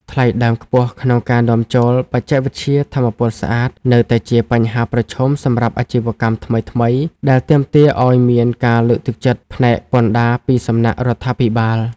ថ្លៃដើមខ្ពស់ក្នុងការនាំចូលបច្ចេកវិទ្យាថាមពលស្អាត នៅតែជាបញ្ហាប្រឈមសម្រាប់ អាជីវកម្មថ្មីៗ ដែលទាមទារឱ្យមានការលើកទឹកចិត្តផ្នែកពន្ធដារពីសំណាក់រដ្ឋាភិបាល។